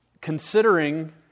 considering